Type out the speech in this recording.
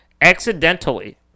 accidentally